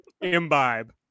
imbibe